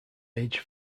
age